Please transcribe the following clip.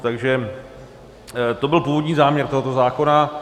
Takže to byl původní záměr tohoto zákona.